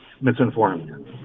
misinformed